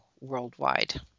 worldwide